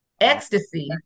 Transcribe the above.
Ecstasy